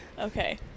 Okay